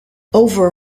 over